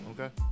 Okay